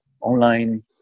online